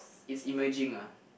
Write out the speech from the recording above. it's emerging ah